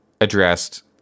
addressed